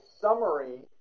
summary